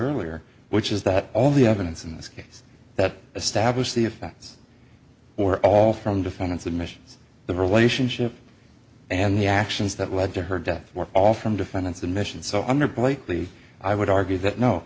earlier which is that all the evidence in this case that established the effects or all from defendant's admissions the relationship and the actions that led to her death were all from defendants the mission so under blakely i would argue that no